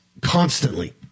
Constantly